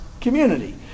Community